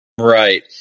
Right